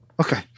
Okay